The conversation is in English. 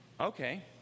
okay